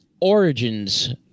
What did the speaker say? origins